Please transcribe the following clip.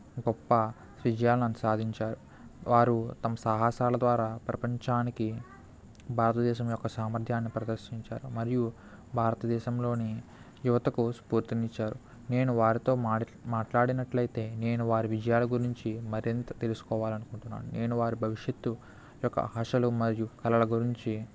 గొప్ప విజయాలను సాధించారు వారు తమ సాహాసాల ద్వారా ప్రపంచానికి భారతదేశం యొక్క సామర్ధ్యాన్ని ప్రదర్శించారు మరియు భారతదేశంలోని యువతకు స్ఫూర్తినిచ్చారు నేను వారితో మారి మాట్లాడినట్లయితే నేను వారి విజయాల గురించి మరింత తెలుసుకోవాలనుకుంటున్నాను నేను వారి భవిష్యత్తు యొక్క ఆశలు మరియు కళల గురించి